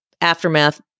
aftermath